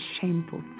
shameful